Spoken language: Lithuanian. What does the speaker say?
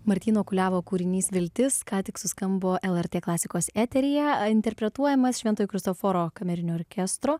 martyno kuliavo kūrinys viltis ką tik suskambo lrt klasikos eteryje interpretuojamas šventojo kristoforo kamerinio orkestro